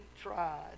tried